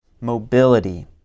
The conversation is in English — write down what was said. mobility